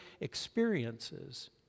experiences